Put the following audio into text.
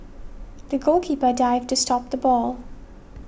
the goalkeeper dived to stop the ball